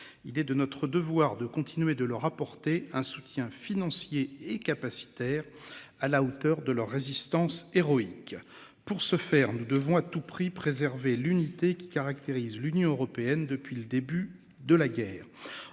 Il est de notre devoir de continuer de leur apporter un soutien financier et capacitaire à la hauteur de leur résistance héroïque. Pour ce faire nous devons à tout prix préserver l'unité qui caractérise l'Union européenne depuis le début de la guerre.